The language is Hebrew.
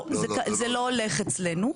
לא, זה לא הולך אצלנו.